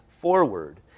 forward